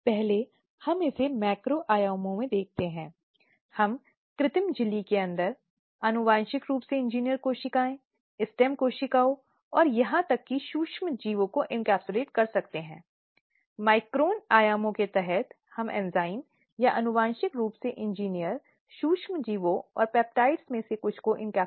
इसलिए एक महिला कहीं भी सुरक्षित नहीं है और वर्तमान समय में महिलाओं की सुरक्षा का मुद्दा बहुत बहुत गंभीर मुद्दा बन गया है